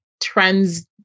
trends